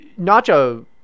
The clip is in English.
nacho